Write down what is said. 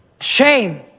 Shame